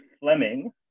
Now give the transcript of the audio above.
Fleming